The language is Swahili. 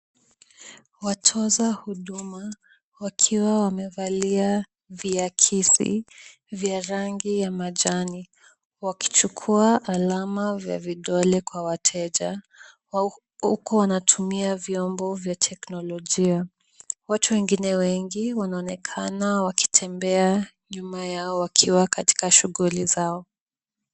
Watoza huduma wakiwa wamevalia viakisi vya rangi ya majani wakichukua alama ya vidole kwa wateja, huku wanatumia vyombo vya teknolojia. Watu wengine wengi wanaonekana wakitembea nyuma yao wakiwa katika shughuli zao.